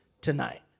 tonight